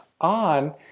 on